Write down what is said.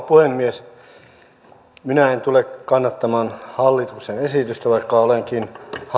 puhemies minä en tule kannattamaan hallituksen esitystä vaikka olenkin